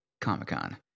Comic-Con